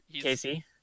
Casey